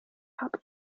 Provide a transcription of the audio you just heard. habe